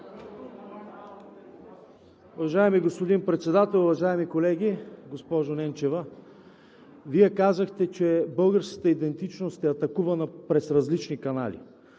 Уважаеми господин Председател, уважаеми колеги! Госпожо Ненчева, Вие казахте, че българската идентичност е атакувана през различни канали.